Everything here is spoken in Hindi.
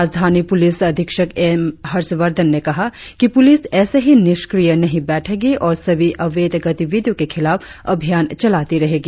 राजधानी पुलिस अधीक्षक एम हर्षवर्धन ने कहा कि पुलिस एसे ही निष्क्रिय नही बैठेगी और सभी अवैध गतिविधियो के खिलाफ अभियान चलाती रहेगी